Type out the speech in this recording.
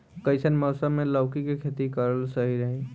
कइसन मौसम मे लौकी के खेती करल सही रही?